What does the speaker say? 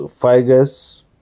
figures